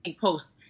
post